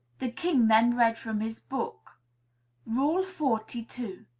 the king then read from his book rule forty-two.